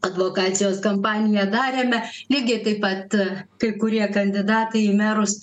advokacijos kampaniją darėme lygiai taip pat kai kurie kandidatai į merus